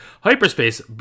hyperspace